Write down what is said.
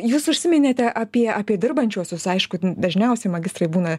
jūs užsiminėte apie apie dirbančiuosius aišku dažniausi magistrai būna